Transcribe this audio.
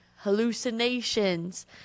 hallucinations